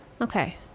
Okay